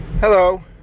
Hello